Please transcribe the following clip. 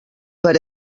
per